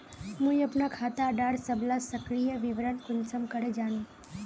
मुई अपना खाता डार सबला सक्रिय विवरण कुंसम करे जानुम?